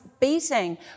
beating